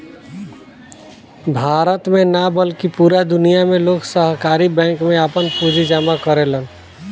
भारत में ना बल्कि पूरा दुनिया में लोग सहकारी बैंक में आपन पूंजी जामा करेलन